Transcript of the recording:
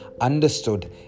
understood